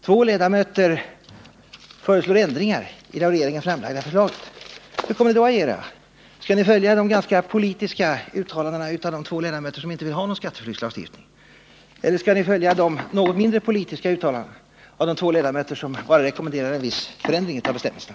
Två ledamöter förestår ändringar i det av regeringen framlagda förslaget. — Hur kommer ni då att agera? Skall ni följa de ganska politiska uttalandena av de två ledamöter som inte vill ha någon skatteflyktslagstiftning eller skall ni följa de något mindre politiska uttalandena av de två ledamöter som bara rekommenderar en viss förändring av bestämmelserna?